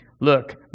look